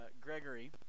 Gregory